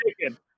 Chicken